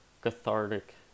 cathartic